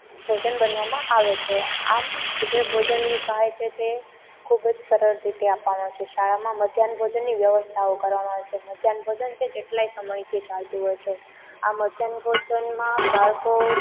ભોજન બનવામાં આવે છે આમ જે ભોજનની સહાય છે તે ખૂબજ સરળ રીતે આપવામાં આવે છે શાળામાં મધ્યાહ્ન ભોજનની વ્યવસ્થાઓ કરવામાં આવે છે મધ્યાહ્ન ભોજન તે કેટલાય સમયથી ચાલતું હોય છે આ મધ્યાહ્ન ભોજનનમાં બાળકો